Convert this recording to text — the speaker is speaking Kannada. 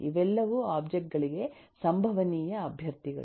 ಇವೆಲ್ಲವೂ ಒಬ್ಜೆಕ್ಟ್ ಗಳಿಗೆ ಸಂಭವನೀಯ ಅಭ್ಯರ್ಥಿಗಳು